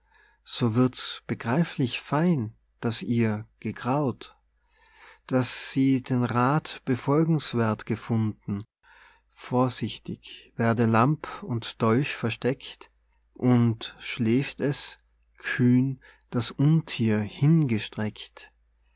so wird's begreiflich fein daß ihr gegraut daß sie den rath befolgenswerth gefunden vorsichtig werde lamp und dolch versteckt und schläft es kühn das unthier hingestreckt